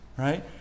right